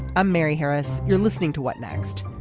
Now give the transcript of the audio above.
i'm mary harris. you're listening to what next.